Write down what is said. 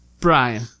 Brian